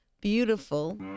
beautiful